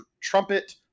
trumpet